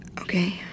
Okay